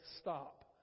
stop